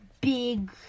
big